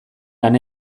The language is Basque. lan